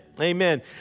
amen